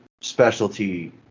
specialty